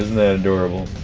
that adorable?